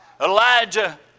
Elijah